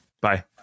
bye